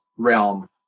realm